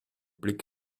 blick